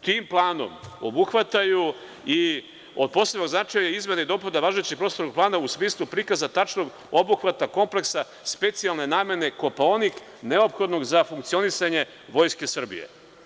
tim planom obuhvataju i od posebnog značaja izmene i dopune važećeg prostornog plana u smislu prikaza tačnog obuhvata kompleksa specijalne namene Kopaonik neophodnog za funkcionisanje Vojske Srbije.